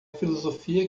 filosofia